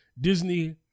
Disney